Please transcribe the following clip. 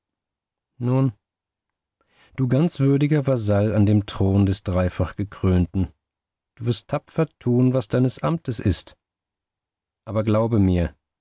nun du ganz würdiger vasall an dem thron des dreifach gekrönten du wirst tapfer tun was deines amtes ist aber glaube mir